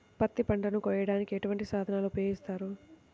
పత్తి పంటను కోయటానికి ఎటువంటి సాధనలు ఉపయోగిస్తారు?